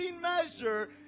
measure